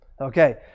Okay